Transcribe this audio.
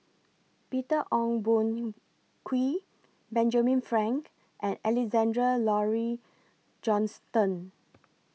Peter Ong Boon Kwee Benjamin Frank and Alexandra Laurie Johnston